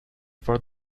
for